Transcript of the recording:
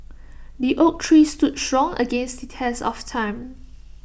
the oak tree stood strong against the test of time